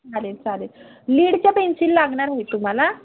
चालेल चालेल लीडच्या पेन्सिल लागणार आहेत तुम्हाला